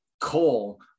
coal